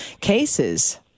cases